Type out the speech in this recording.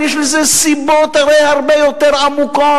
יש לזה הרי סיבות הרבה יותר עמוקות.